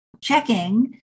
checking